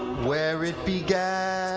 where it began, i